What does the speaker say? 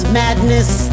madness